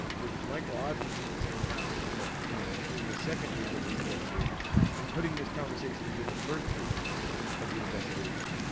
ah which michael osmunson is saying happened ah you know, in the second week of this investigation and putting this conversation into the first week of the investigation?